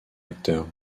acteur